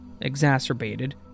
exacerbated